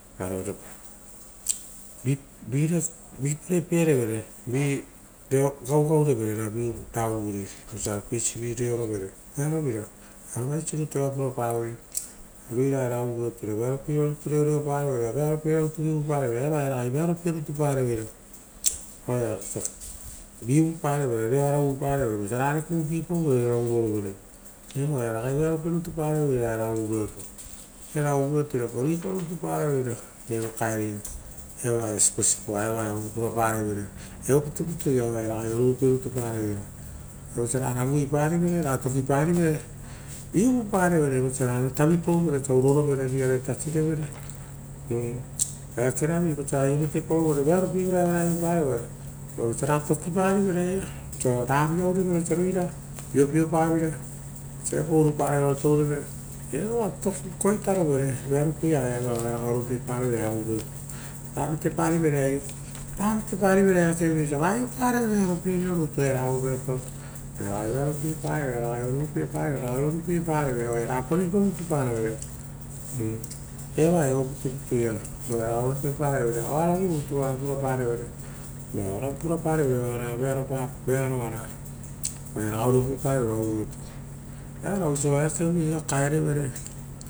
vire gaugaurevere, ra uvuri osia a peisivi reorovere. Vearovira, vearovaisi rutu eva pura pavoi roira ia era ovuveoto ira vearopie vira rutu reoreparo veira ora vearo pievira rutu vi ruvuparvere eva oia ragai vearopie rutu pareveira, vaoia osia viuvuparevere, reoara uvuparevere, vosia rare kupie pauvere ra uroro. Eva oaia ragai vearo pie rutu pareveira era ovuveoto. Era ovuveoto irapa rui parutu paraveira eva ia evo kairiia, evaia siposipoa evaia oa pura pareveire, evo pitupitu ia oaia ragai oruopie rutu pareveira. Vosia ra raguiparivere ra tokiparivere viuvu parevere vosia rare tavi pauvere osa urorovere vi iare tasirevere ekeravi vosa aio vatepauvere, vearopie vira eva aio parevere. Vosia ra tokiparivere aia vosia ravi ou rivere piopiopavi, vosia viapau oruparava vatoureve, era koetarovere vearopie ara erara oraia ragai oruopieparevere ra vate parivere aio, ra vateparivere eake vi osia va aio parevere vearopie era ovuveoto ora ragai oruopiepareveira, ra ra vearopieparevere ora ragai roru piepare vere oia rapa ruipa rutu paraveira evaia evo pitapita ia oaia ragai oruopiepa veira, oaravu rutu ora puraparevere, orarapu raparevere. earaga vosia eakerovi oara kaeravere.